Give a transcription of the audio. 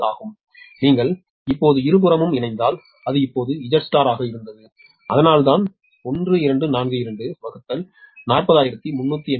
84 ஆகும் நீங்கள் இப்போது இருபுறமும் இணைந்தால் அது இப்போது Z ஆக இருந்தது அதனால்தான் 1242 40384